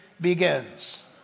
begins